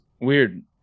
weird